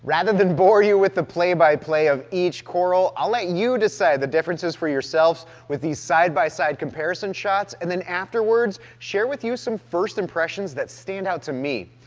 rather than bore you with the play-by-play of each coral, i'll let you decide the differences for yourselves with these side by side comparison shots, and then afterwards, share with you some first impressions that stand out to me.